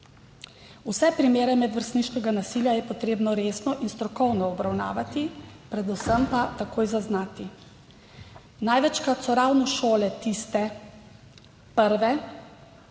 Vse primere medvrstniškega nasilja je potrebno resno in strokovno obravnavati, predvsem pa takoj zaznati. Največkrat so ravno šole tiste prve